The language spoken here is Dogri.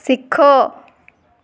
सिक्खो